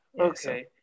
Okay